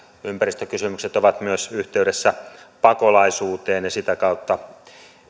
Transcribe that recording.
ympäristökysymykset ovat myös yhteydessä pakolaisuuteen ja sitä kautta